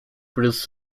produced